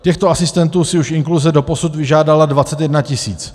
Těchto asistentů si už inkluze doposud vyžádala 21 tis.